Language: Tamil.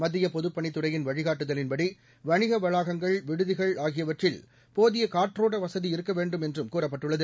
மத்திய பொதுப்பணித்துறையின் வழிகாட்டுதலின்படி வணிக வளாகங்கள் விடுதிகள் ஆகியவற்றில் போதிய காற்றோட்ட வசதி இருக்க வேண்டும் என்றும் கூறப்பட்டுள்ளது